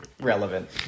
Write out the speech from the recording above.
relevant